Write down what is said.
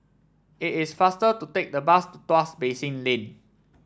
it is faster to take the bus to Tuas Basin Lane